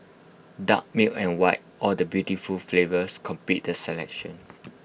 dark milk and white all the beautiful flavours complete the selection